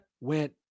went